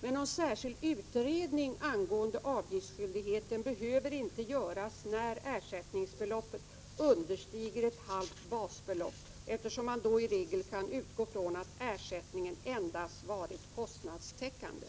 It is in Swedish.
Någon särskild utredning beträffande avgiftsskyldigheten behöver inte göras när ersättningsbeloppet understiger ett halvt basbelopp, eftersom man då i regel kan utgå från att ersättningen endast varit kostnadstäckande.